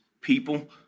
people